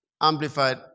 Amplified